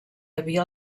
havia